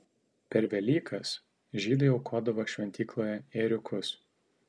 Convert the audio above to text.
per velykas žydai aukodavo šventykloje ėriukus